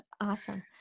Awesome